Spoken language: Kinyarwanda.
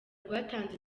rwatanze